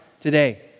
today